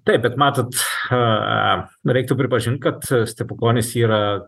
taip bet matot a reiktų pripažint kad stepukonis yra